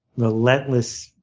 relentless,